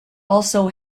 also